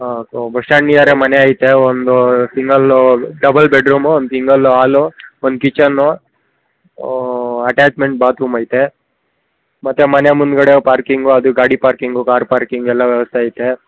ಹಾಂ so bus stand ನಿಯರೆ ಮನೆ ಐತೆ ಒಂದು ಸಿಂಗಲ್ಲೂ ಡಬಲ್ ಬೆಡ್ರೂಮು ಒಂದು single hall one kitchen attachment bathroom ಐತೆ ಮತ್ತು ಮನೆ ಮುಂದ್ಗಡೆ ಪಾರ್ಕಿಂಗು ಅದು ಗಾಡಿ ಪಾರ್ಕಿಂಗು ಕಾರ್ ಪಾರ್ಕಿಂಗು ಎಲ್ಲ ವ್ಯವಸ್ಥೆ ಐತೆ